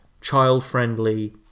child-friendly